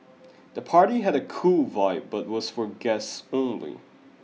the party had a cool vibe but was for guests only